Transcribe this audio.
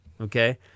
okay